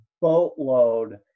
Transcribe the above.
boatload